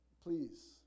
please